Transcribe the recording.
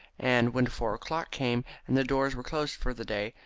and when four o'clock came, and the doors were closed for the day,